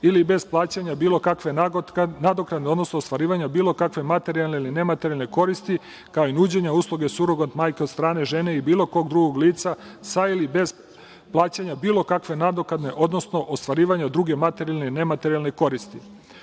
ili bez plaćanja bilo kakve nadoknade, odnosno ostvarivanja bilo kakve materijalne ili nematerijalne koristi, kao i nuđenja usluga surogat majke od strane žene ili bilo kog drugog lica sa ili bez plaćanja bilo kakve nadoknade, odnosno ostvarivanja druge materijalne ili nematerijalne koristi. Tokom